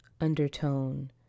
undertone